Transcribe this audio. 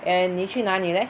and 你去哪里 leh